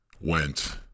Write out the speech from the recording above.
went